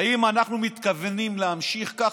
האם אנחנו מתכוונים להמשיך ככה?